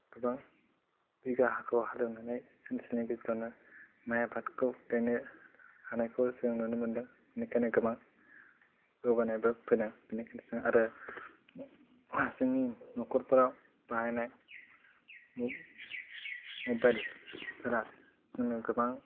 गोबां बिगा हाखौ हालेवनानै सानसेनि गेजेरावनो माइ आबादखौ गायनो हानायखौ जों नुनो मोनदों बेनिखायनो गोबां जौगानायबो फैदों बेनि गेजेरजों आरो जोंनि न'खरफोराव बाहायनाय मबाइलफोरा जोंनो गोबां